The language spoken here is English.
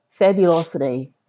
fabulosity